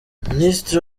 ministre